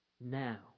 now